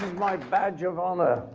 my badge of honor.